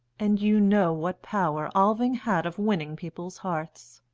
and you know what power alving had of winning people's hearts.